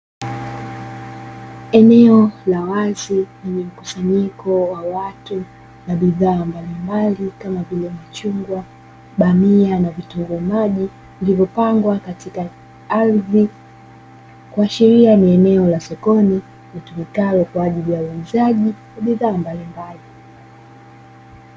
Eneo la wazi lenye mkusanyiko wa watu na bidhaa mbalimbali kama vile: machungwa, bamia na vitunguu maji vilivyopangwa katika ardhi, kuashiria ni eneo la sokoni litumikalo kwa ajili ya uuzaji wa bidhaa mbalimbali.